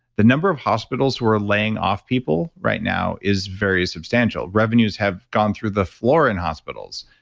the number of hospitals who are laying off people right now is very substantial revenues have gone through the floor in hospitals,